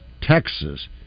Texas